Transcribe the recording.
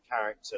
character